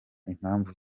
impamvu